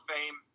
Fame